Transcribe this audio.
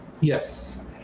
Yes